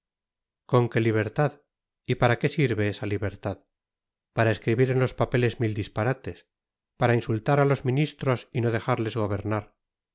con que libertad y para qué sirve esa libertad para escribir en los papeles mil disparates para insultar a los ministros y no dejarles gobernar